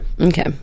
Okay